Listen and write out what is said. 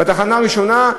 בתחנה הראשונה,